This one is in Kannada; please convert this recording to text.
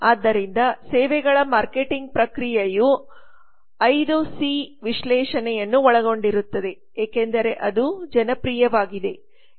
ಆದ್ದರಿಂದ ಸೇವೆಗಳ ಮಾರ್ಕೆಟಿಂಗ್ ಪ್ರಕ್ರಿಯೆಯು 5 ಸಿ 0440 ವಿಶ್ಲೇಷಣೆಯನ್ನು ಒಳಗೊಂಡಿರುತ್ತದೆ ಏಕೆಂದರೆ ಅದು ಜನಪ್ರಿಯವಾಗಿದೆ